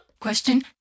question